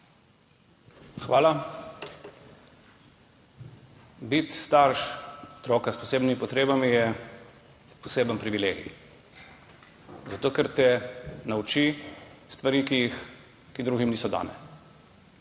Hvala. Biti starš otroka s posebnimi potrebami je poseben privilegij, zato ker te nauči stvari, ki drugim niso dane.